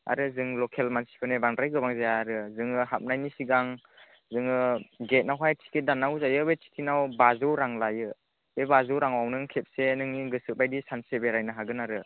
आरो जों लकेल मानसिफोरनि बांद्राय गोबां जाया आरो जोङो हाबनायनि सिगां जोङो गेटआवहाय टिकेट दाननांगौ जायो बे टिकेटाव बाजौ रां लायो बे बाजौ राङाव नों खेबसे नोंनि गोसो बायदि सानसे बेरायनो हागोन आरो